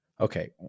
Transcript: Okay